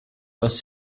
was